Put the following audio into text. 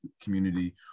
community